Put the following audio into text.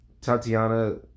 Tatiana